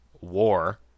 War